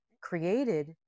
created